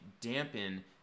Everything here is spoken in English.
dampen